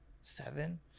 Seven